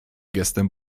gestem